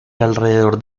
alrededor